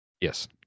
yes